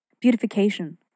beautification